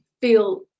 feel